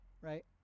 right